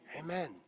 Amen